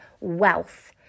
wealth